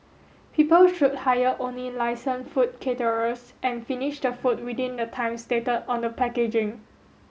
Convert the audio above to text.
people should hire only licensed food caterers and finish the food within the time stated on the packaging